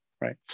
right